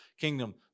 kingdom